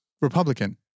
Republican